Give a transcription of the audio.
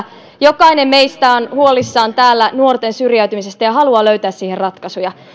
jokainen meistä on huolissaan täällä nuorten syrjäytymisestä ja haluaa löytää siihen ratkaisuja